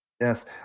yes